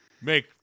make